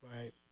right